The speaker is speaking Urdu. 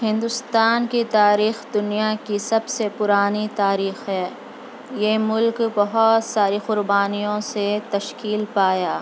ہندوستان کی تاریخ دنیا کی سب سے پرانی تاریخ ہے یہ ملک بہت ساری قربانیوں سے تشکیل پایا